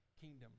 kingdom